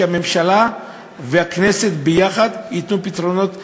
שהממשלה והכנסת ביחד ייתנו פתרונות לציבור.